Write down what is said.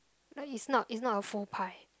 no it's not it's not a full pie